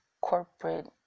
corporate